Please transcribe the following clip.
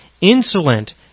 insolent